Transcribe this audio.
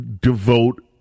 devote